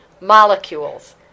molecules